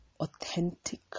authentic